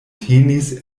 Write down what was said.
tenis